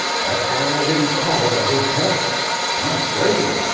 that's why i didn't call at the hotel i'm afraid.